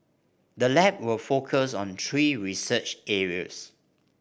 the lab will focus on three research areas